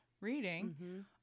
reading